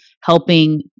helping